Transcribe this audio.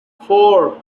four